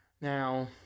Now